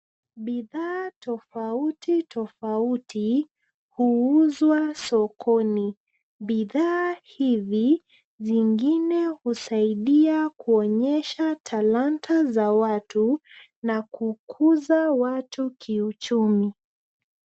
Bidhaa tofauti tofauti huuzwa sokoni. Bidhaa hivi zingine husaidia kuonyesha talanta za watu na kukuza watu kiuchumi.